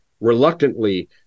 reluctantly